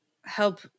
help